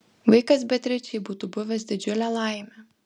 vaikas beatričei būtų buvęs didžiulė laimė